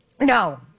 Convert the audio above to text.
No